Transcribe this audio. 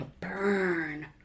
Burn